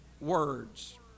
words